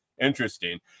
Interesting